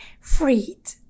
Freed